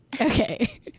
Okay